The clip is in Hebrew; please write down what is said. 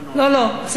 בסדר,